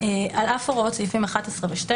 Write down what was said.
16.(א) על אף הוראות סעיפים 11 ו-12,